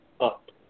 up